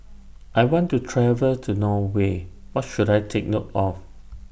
I want to travel to Norway What should I Take note of